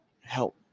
help